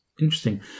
Interesting